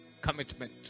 commitment